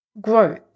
growth